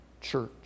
church